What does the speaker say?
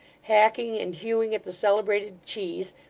hacking and hewing at the celebrated cheese,